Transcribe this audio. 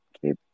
keep